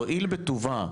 תועיל בטובה,